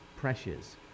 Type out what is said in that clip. pressures